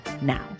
now